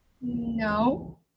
No